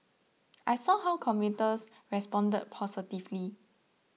I saw how commuters responded positively